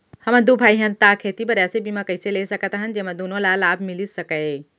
हमन दू भाई हन ता खेती बर ऐसे बीमा कइसे ले सकत हन जेमा दूनो ला लाभ मिलिस सकए?